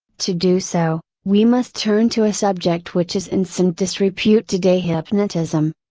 to do so, we must turn to a subject which is in some disrepute today hypnotism.